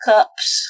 Cups